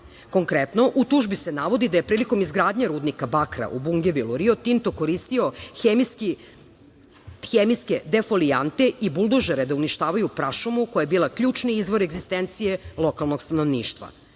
Konkretno, u tužbi se navodi da je prilikom izgradnje rudnika bakra u Bungevilu Rio Tinto koristio hemijske defolijante i buldožere da uništavaju prašumu koja je bila ključni izvor egzistencije lokalnog stanovništva. Tokom